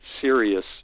serious